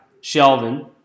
Sheldon